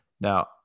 Now